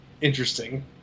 interesting